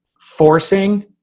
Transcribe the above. forcing